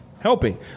helping